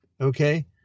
Okay